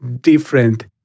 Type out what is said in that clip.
different